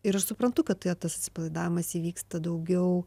ir aš suprantu kad tas atsipalaidavimas įvyksta daugiau